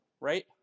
right